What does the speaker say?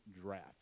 draft